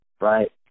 right